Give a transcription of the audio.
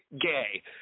gay